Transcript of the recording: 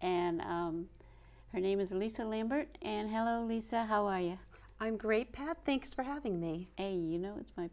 and her name is lisa lambert and hello lisa how are you i'm great pat thanks for having me a you know it's my